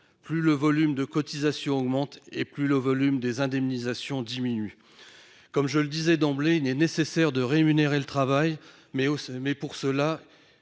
plus le volume de cotisations augmente et plus le volume des indemnisations diminue. Je l'ai dit d'emblée, il est nécessaire de rémunérer le travail, mais cela